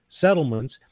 settlements